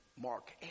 Mark